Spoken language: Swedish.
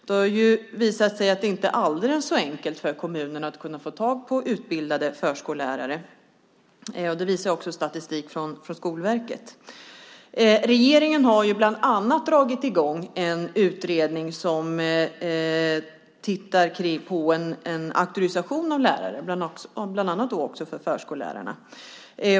Det har visat sig att det inte är alldeles enkelt för kommunerna att få tag på utbildade förskollärare, vilket också statistik från Skolverket visar. Regeringen har bland annat dragit i gång en utredning som tittar på frågan om auktorisation för lärare, bland annat för förskollärarna.